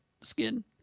skin